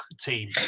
team